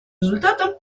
результатам